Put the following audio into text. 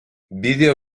vídeo